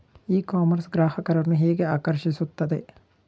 E commerce ಗ್ರಾಹಕರನ್ನು ಹೇಗೆ ಆಕರ್ಷಿಸುತ್ತದೆ?